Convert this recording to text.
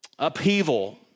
upheaval